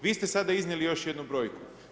Vi ste sada iznijeli još jednu brojku.